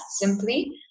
Simply